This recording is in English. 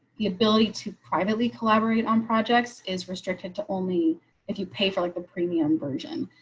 the ability to privately collaborate on projects is restricted to only if you pay for like the premium version.